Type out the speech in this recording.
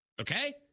okay